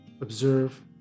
observe